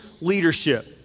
leadership